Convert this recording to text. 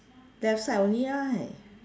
left side only right